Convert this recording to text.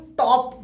top